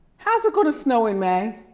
how's it gonna snow in may?